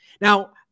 Now